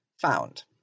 found